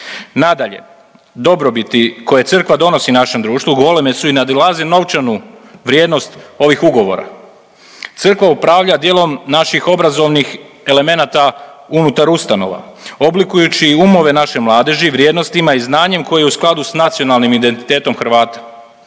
Nadalje, dobrobiti koje Crkva donosi našem društvu goleme su i nadilaze novčanu vrijednost ovih ugovora. Crkva upravlja dijelom naših obrazovnih elemenata unutar ustanova, oblikujući umove naše mladeži vrijednostima i znanjem koji je u skladu s nacionalnim identitetom Hrvata.